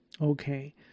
Okay